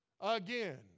Again